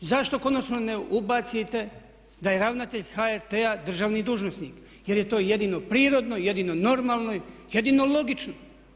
Zašto konačno ne ubacite da je ravnatelj HRT-a državni dužnosnik jer je to jedino prirodno i jedino normalno i jedino logično.